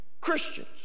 Christians